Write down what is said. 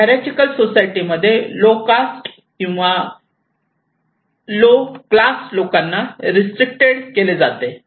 hierarchical सोसायटीमध्ये low caste किंवा low class लोकांना रिस्ट्रिक्टेड केले जाते